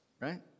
Right